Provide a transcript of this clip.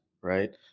Right